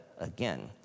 again